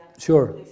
Sure